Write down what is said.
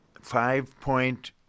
five-point